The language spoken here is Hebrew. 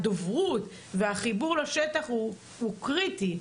הדוברות, והחיבור לשטח הוא קריטי.